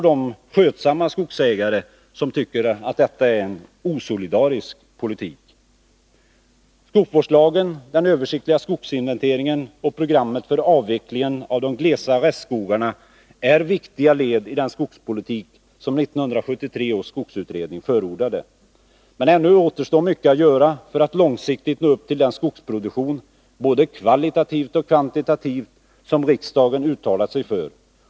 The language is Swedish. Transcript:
Nr 107 de skötsamma skogsägare som tycker detta är en osolidarisk politik. Torsdagen den Skogsvårdslagen, den översiktliga skogsinventeringen och programmet 25 mars 1982 för avvecklingen av de glesa restskogarna är viktiga led i den skogspolitik som 1973 års skogsutredning förordade. Men ännu återstår mycket att göra för att Anslag inom jordlångsiktigt nå upp till den skogsproduktion, både kvalitativt och kvantitativt, bruksdepartemensom riksdagen uttalat sig för.